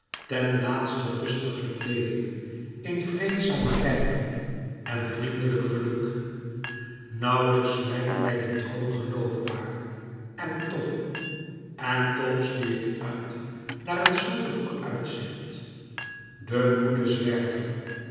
ten laatste rustiglijk leve in vreedzamen rijkdom en vriendelijk geluk nauwlijks lijkt mij die droom geloofbaar en toch en toch ik zie uit naar het zoete vooruitzicht de moede zwerver